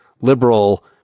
liberal